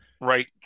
Right